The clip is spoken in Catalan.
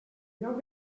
lloc